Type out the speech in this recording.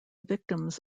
victims